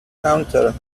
counter